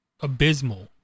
abysmal